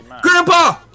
Grandpa